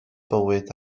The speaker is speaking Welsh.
bywyd